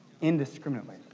indiscriminately